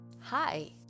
Hi